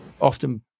often